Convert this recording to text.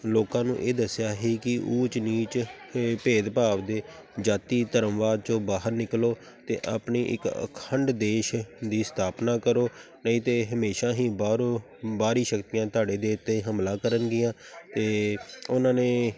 ਲੋਕਾਂ ਨੂੰ ਇਹ ਦੱਸਿਆ ਸੀ ਕਿ ਊਚ ਨੀਚ ਭੇਦਭਾਵ ਦੇ ਜਾਤੀ ਧਰਮਵਾਦ 'ਚੋਂ ਬਾਹਰ ਨਿਕਲੋ ਅਤੇ ਆਪਣੀ ਇੱਕ ਅਖੰਡ ਦੇਸ਼ ਦੀ ਸਥਾਪਨਾ ਕਰੋ ਨਹੀਂ ਤਾਂ ਹਮੇਸ਼ਾ ਹੀ ਬਾਹਰੋਂ ਬਾਹਰੀ ਸ਼ਕਤੀਆਂ ਤੁਹਾਡੇ ਦੇਸ਼ ਉੱਤੇ ਹਮਲਾ ਕਰਨਗੀਆਂ ਅਤੇ ਉਹਨਾਂ ਨੇ